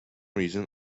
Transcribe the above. reason